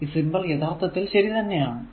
ഈ സിംബൽ യഥാർത്ഥത്തിൽ ശരി തന്നെ ആണ്